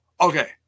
okay